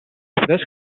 fresc